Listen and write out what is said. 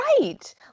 Right